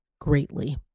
greatly